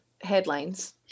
headlines